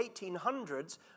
1800s